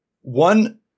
one